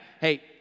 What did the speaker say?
hey